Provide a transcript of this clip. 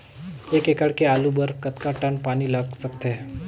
एक एकड़ के आलू बर कतका टन पानी लाग सकथे?